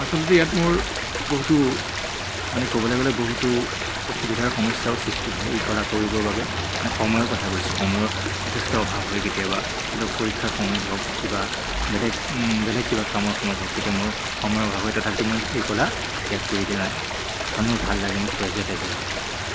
আচলতে ইয়াত মোৰ বহুতো মানে ক'বলে গ'লে বহুতো অসুবিধাৰ সমস্যাও সৃষ্টি হয় এই কলা কৰিবৰ বাবে মানে সময়ৰ কথা কৈছোঁ সময়ৰ যথেষ্ট অভাৱ হয় কেতিয়াবা ধৰি লওক পৰীক্ষাৰ সময়ত হওক কিবা বেলেগ বেলেগ কিবা কামৰ সময়ত হওক তেতিয়া মোৰ সময়ৰ অভাৱ হয় তথাপিতো মই এই কলা ত্যাগ কৰি দিয়া নাই কাৰণ মোৰ ভাল লাগে মোৰ তেজে তেজে হয় এই কলা